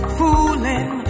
fooling